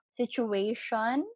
situation